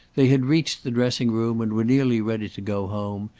they had reached the dressing-room and were nearly ready to go home,